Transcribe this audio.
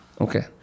Okay